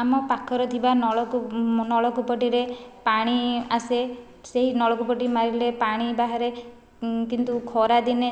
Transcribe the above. ଆମ ପାଖରେ ଥିବା ନଳକୂପଟିରେ ପାଣି ଆସେ ସେହି ନଳକୂପଟି ମାରିଲେ ପାଣି ବାହାରେ କିନ୍ତୁ ଖରା ଦିନେ